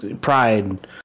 Pride